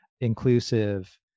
inclusive